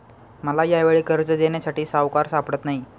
मला यावेळी कर्ज देण्यासाठी सावकार सापडत नाही